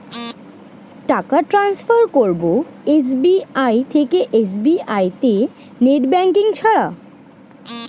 টাকা টান্সফার করব এস.বি.আই থেকে এস.বি.আই তে নেট ব্যাঙ্কিং ছাড়া?